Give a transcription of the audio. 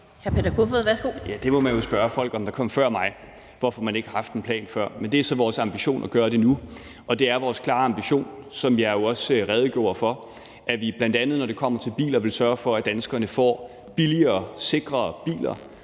det må man jo spørge folk, der kom før mig, om, altså hvorfor man ikke har haft en plan før. Men det er så vores ambition at gøre det nu, og det er vores klare ambition, som jeg også redegjorde for, at vi, bl.a. når det kommer til biler, vil sørge for, at danskerne får billigere, sikrere biler.